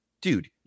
dude